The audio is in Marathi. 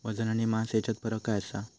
वजन आणि मास हेच्यात फरक काय आसा?